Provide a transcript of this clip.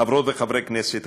חברות וחברי הכנסת,